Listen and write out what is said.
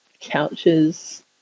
couches